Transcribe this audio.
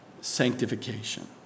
sanctification